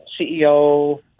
CEO